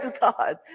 God